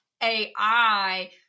AI